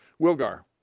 Wilgar